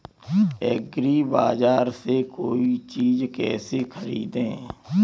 एग्रीबाजार से कोई चीज केसे खरीदें?